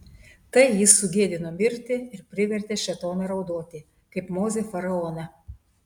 tai jis sugėdino mirtį ir privertė šėtoną raudoti kaip mozė faraoną